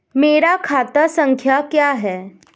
मेरा खाता संख्या क्या है?